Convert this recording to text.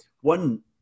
one